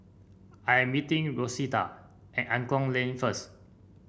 I am meeting Rosita at Angklong Lane first